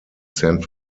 san